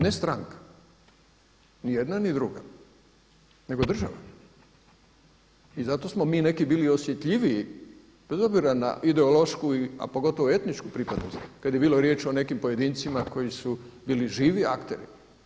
Ne stranka ni jedna ni druga, nego država i zato smo mi neki bili osjetljiviji bez obzira na ideološku, a pogotovo etničku pripadnost kada je bilo riječ o nekim pojedincima koji su bili živi akteri.